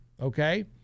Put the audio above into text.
Okay